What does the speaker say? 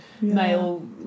male